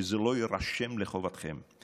שזה לא יירשם לחובתכם.